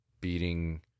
beating